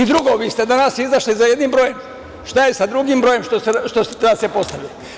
Drugo, vi ste danas izašli sa jednim brojem, šta je sa drugim brojem što treba da se postavi?